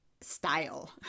Style